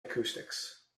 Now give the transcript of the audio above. acoustics